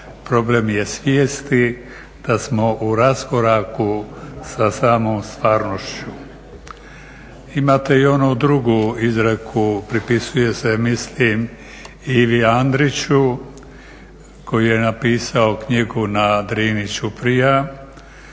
problem je svijesti da smo u raskoraku sa samom stvarnošću. Imate i onu drugu izreku, pripisuje se mislim Ivi Andriću koji je napisao knjigu na Drini ćuprija